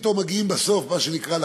ופתאום מגיעים בסוף מה שנקרא לפינאלה,